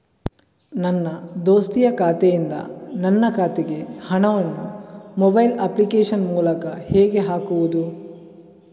ನನ್ನ ದೋಸ್ತಿಯ ಖಾತೆಯಿಂದ ನನ್ನ ಖಾತೆಗೆ ಹಣವನ್ನು ಮೊಬೈಲ್ ಅಪ್ಲಿಕೇಶನ್ ಮೂಲಕ ಹೇಗೆ ಹಾಕುವುದು?